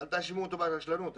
אל תאשימו אותו ברשלנות.